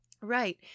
Right